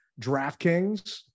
DraftKings